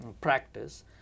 practice